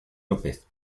lópez